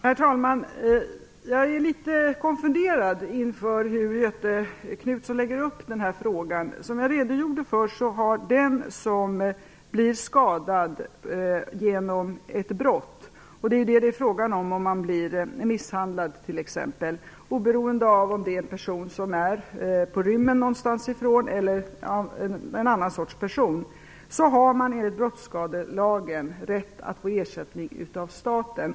Herr talman! Jag är litet konfunderad över Göthe Knutsons uppläggning i denna fråga. Som jag redogjorde för har den som blir skadad genom ett brott - och det är ju det som det är fråga om, om man t.ex. blir misshandlad, oberoende av om det gäller en person på rymmen eller en annan sorts person - enligt brottsskadelagen rätt att få ersättning från staten.